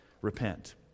repent